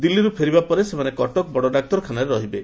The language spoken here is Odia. ଦିଲ୍ଲୀରୁ ଫେରିବା ପରେ ସେମାନେ କଟକ ବଡ଼ ଡାକ୍ତରଖାନାରେ ରହିବେ